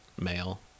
male